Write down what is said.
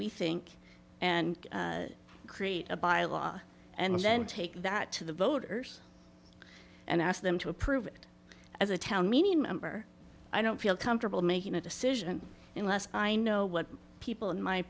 we think and create a bylaw and then take that to the voters and ask them to approve it as a tell me member i don't feel comfortable making a decision unless i know what people in my